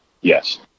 Yes